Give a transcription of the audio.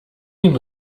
den